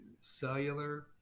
cellular